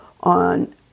on